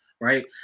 right